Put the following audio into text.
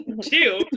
Two